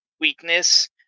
weakness